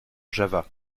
java